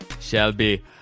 shelby